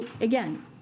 again